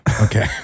Okay